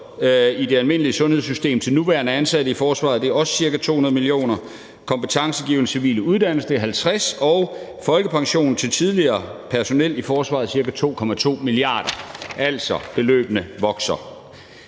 i det almindelige sundhedssystem til nuværende ansatte i forsvaret, hvilket også er ca. 200 mio. kr., kompetencegivende civil uddannelse, hvilket er 50 mio. kr., og folkepension til tidligere personel i forsvaret, hvilket er ca. 2,2 mia. kr. Beløbene vokser